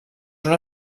una